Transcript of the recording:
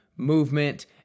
movement